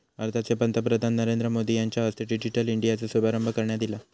भारताचे पंतप्रधान नरेंद्र मोदी यांच्या हस्ते डिजिटल इंडियाचो शुभारंभ करण्यात ईला